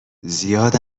زیاد